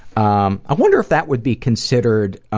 um i wonder if that would be considered